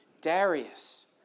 Darius